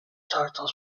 title